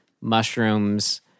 mushrooms